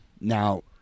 Now